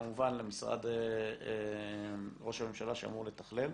וכמובן למשרד ראש הממשלה שאמור לתכלל.